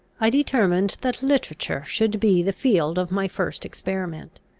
i determined that literature should be the field of my first experiment.